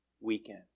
weekend